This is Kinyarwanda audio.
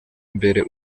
imbere